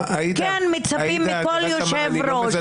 כן מצפים מכל יושב-ראש.